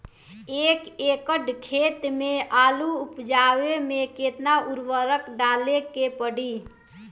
एक एकड़ खेत मे आलू उपजावे मे केतना उर्वरक डाले के पड़ी?